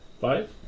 Five